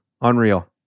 unreal